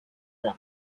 them